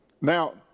Now